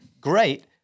great